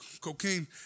cocaine